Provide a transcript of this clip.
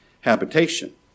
habitation